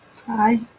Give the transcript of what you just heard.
Hi